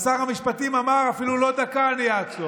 אז שר המשפטים אמר: אפילו לא דקה אני אעצור,